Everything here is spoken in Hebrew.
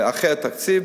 אחרי התקציב,